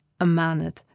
Amanet